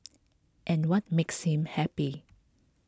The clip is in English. and what makes him happy